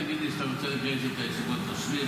אבל אל תגיד לי שאתה רוצה לגייס את ישיבות הנושרים.